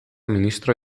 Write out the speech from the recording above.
ministro